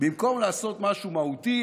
במקום לעשות משהו מהותי,